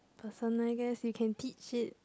person I guess you can teach it